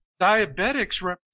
diabetics